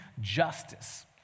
justice